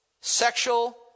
Sexual